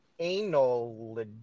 Anal